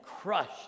crushed